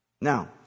Now